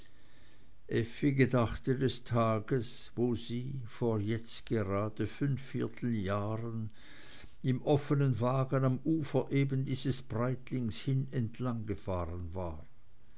gedachte des tages wo sie vor jetzt fünfvierteljahren im offenen wagen am ufer ebendieses breitlings hin entlanggefahren war